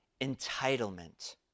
entitlement